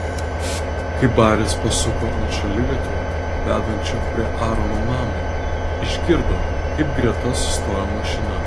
kai baris pasuko ant šaligatvio vedančio prie aarono namo išgirdo kaip greta sustojo mašina